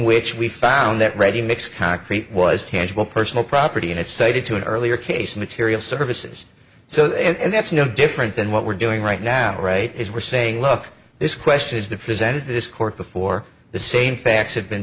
which we found that ready mix concrete was tangible personal property and it cited to an earlier case material services so that's no different than what we're doing right now right is we're saying look this question has been presented this court before the same facts have been